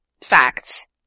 facts